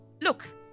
look